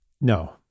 no